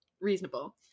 reasonable